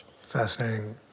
Fascinating